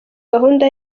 gahunda